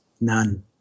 None